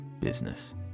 business